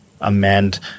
amend